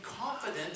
confident